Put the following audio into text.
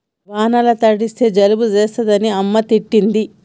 వానల తడిస్తే జలుబు చేస్తదని అమ్మ తిట్టింది